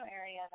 area